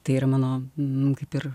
tai yra mano nu kaip ir